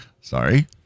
Sorry